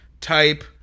type